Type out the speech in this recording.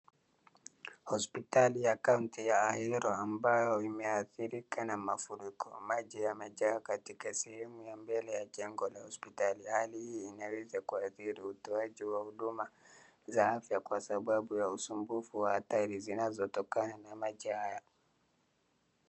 Hospitali ya kaunti ya Ahero ambayo imeadhirika na mafuriko. Maji yamejaa katika sehemu ya mbele ya jengo la hopsitali. Hali hii inaeza kuadhiri utoaji wa huduma za afya kwa sababu ya usumbufu wa hatari zinazotokana na maji haya.